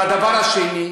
והדבר השני,